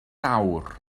awr